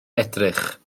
edrych